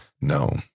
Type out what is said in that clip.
No